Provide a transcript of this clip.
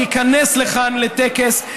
להיכנס לכאן לטקס.